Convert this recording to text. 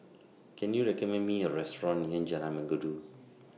Can YOU recommend Me A Restaurant near Jalan Mengkudu